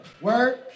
Word